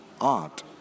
art